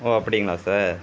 ஓ அப்படிங்களா சார்